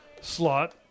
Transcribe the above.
slot